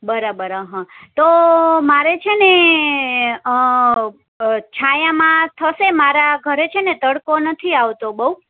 બરાબર અહં તો મારે છે ને છાયામાં થશે મારા ઘરે છે ને તડકો નથી આવતો બહુ